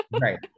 Right